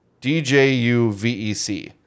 d-j-u-v-e-c